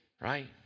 Right